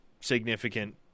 significant